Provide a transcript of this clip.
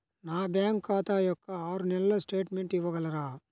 నా బ్యాంకు ఖాతా యొక్క ఆరు నెలల స్టేట్మెంట్ ఇవ్వగలరా?